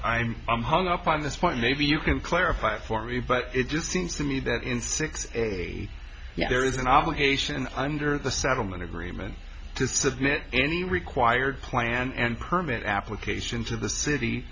i'm i'm hung up on this point maybe you can clarify it for me but it just seems to me that in six a yes there is an obligation under the settlement agreement to submit any required plan and permit application to the city